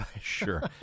Sure